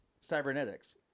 cybernetics